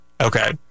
Okay